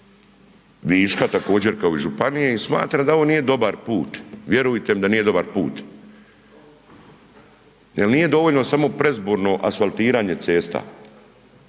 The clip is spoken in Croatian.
viška također kao i županije i smatram da ovo nije dobar put. Vjerujte mi da nije dobar put. Jer nije dovoljno samo predizborno asfaltiranje cesta,